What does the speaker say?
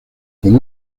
con